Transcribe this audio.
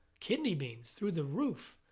kidney beans through the roof.